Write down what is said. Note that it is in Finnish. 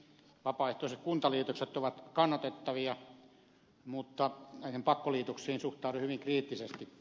vapaaehtoiset kuntaliitokset ovat kannatettavia mutta näihin pakkoliitoksiin suhtaudun hyvin kriittisesti